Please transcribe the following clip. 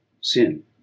sin